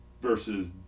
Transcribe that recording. versus